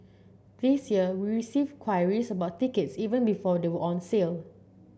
this year we received queries about tickets even before they were on sale